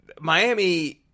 Miami